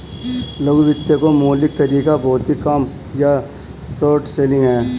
लघु वित्त का मौलिक तरीका भौतिक कम या शॉर्ट सेलिंग है